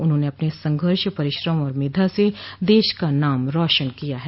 उन्होंने अपने संघर्ष परिश्रम और मेधा से देश का नाम रोशन किया है